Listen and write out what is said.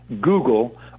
Google